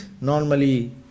normally